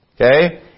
Okay